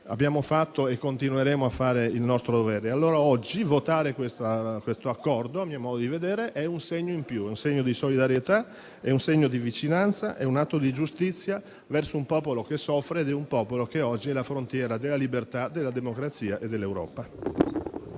Abbiamo fatto e continueremo a fare il nostro dovere. Oggi, pertanto, votare a favore della ratifica di questo Accordo, a mio modo di vedere, è un segno in più: è un segno di solidarietà e di vicinanza e un atto di giustizia verso un popolo che soffre. Un popolo che oggi è la frontiera della libertà, della democrazia e dell'Europa.